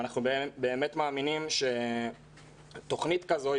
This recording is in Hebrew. אנחנו באמת מאמינים שתכנית כזאת היא